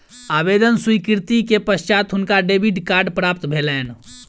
आवेदन स्वीकृति के पश्चात हुनका डेबिट कार्ड प्राप्त भेलैन